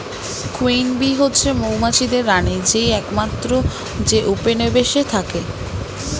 queen bee হচ্ছে মৌমাছিদের রানী যেই একমাত্র যে উপনিবেশে থাকে